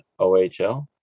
OHL